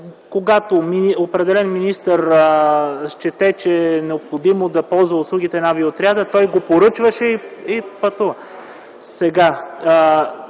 Когато определен министър счете, че е необходимо да ползва услугите на Авиоотряда, той го поръчваше и пътуваше.